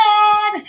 God